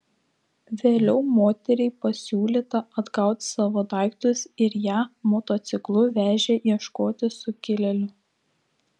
vėliau moteriai pasiūlyta atgauti savo daiktus ir ją motociklu vežė ieškoti sukilėlių